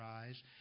eyes